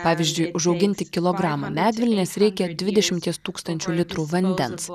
pavyzdžiui užauginti kilogramą medvilnės reikia ir dvidešimties tūkstančių litrų vandens